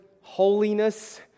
holiness